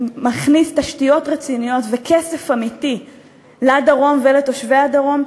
מכניס תשתיות רציניות וכסף אמיתי לדרום ולתושבי הדרום,